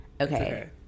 okay